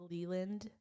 Leland